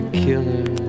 killer